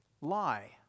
Lie